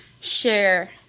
share